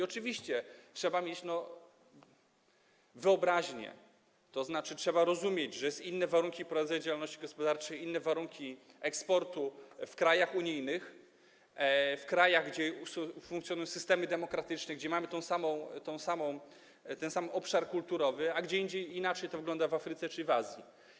Oczywiście trzeba mieć wyobraźnię, tzn. trzeba rozumieć, że inne warunki prowadzenia działalności gospodarczej, inne warunki eksportu są w krajach unijnych, w krajach, gdzie funkcjonują systemy demokratyczne, gdzie mamy ten sam obszar kulturowy, a inaczej to wygląda w Afryce czy w Azji.